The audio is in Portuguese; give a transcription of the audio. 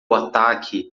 ataque